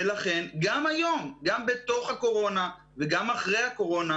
ולכן גם היום גם בתוך הקורונה וגם אחרי הקורונה